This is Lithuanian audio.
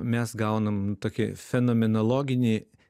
mes gaunam tokį fenomenologinį